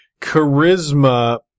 charisma